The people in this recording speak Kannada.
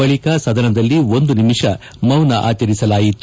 ಬಳಿಕ ಸದನದಲ್ಲಿ ಒಂದು ನಿಮಿಷ ಮೌನ ಆಚರಿಸಲಾಯಿತು